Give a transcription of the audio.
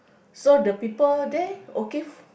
so the people there okay